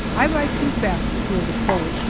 i ride too fast to feel the cold,